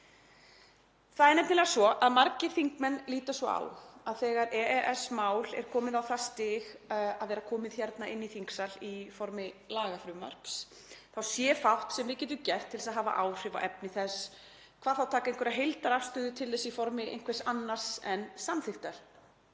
Það er nefnilega svo að margir þingmenn líta svo á að þegar EES-mál er komið á það stig að vera komið hér inn í þingsal í formi lagafrumvarps sé fátt sem við getum gert til þess að hafa áhrif á efni þess, hvað þá að taka einhverja heildarafstöðu til þess í formi einhvers annars en samþykktar.